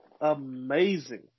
amazing